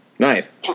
Nice